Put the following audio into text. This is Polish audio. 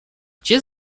gdzie